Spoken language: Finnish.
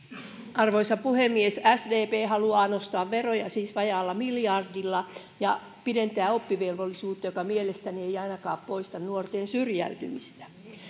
arvoisa puhemies sdp haluaa nostaa veroja siis vajaalla miljardilla ja pidentää oppivelvollisuutta mikä mielestäni ei ainakaan poista nuorten syrjäytymistä